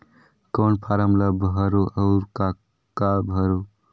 कौन फारम ला भरो और काका भरो?